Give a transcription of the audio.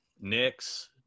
Nick's